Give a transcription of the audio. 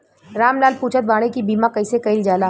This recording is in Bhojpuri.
राम लाल पुछत बाड़े की बीमा कैसे कईल जाला?